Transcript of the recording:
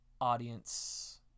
audience